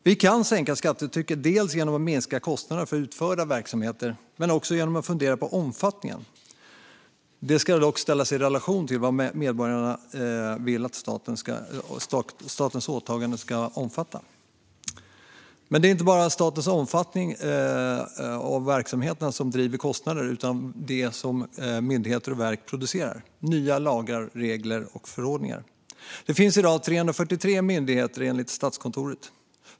Vi kan sänka skattetrycket dels genom att minska kostnaderna för utförda verksamheter, dels genom att fundera på omfattningen. Detta ska dock ställas i relation till vad medborgarna vill att statens åtaganden ska omfatta. Det är inte bara omfattningen av statens verksamhet som driver kostnader utan även vad myndigheter och verk producerar: nya lagar, regler och förordningar. Det finns i dag 343 myndigheter, enligt Statskontoret.